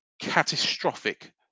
catastrophic